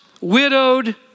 widowed